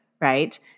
right